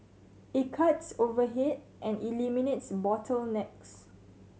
it cuts overhead and eliminates bottlenecks